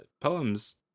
poems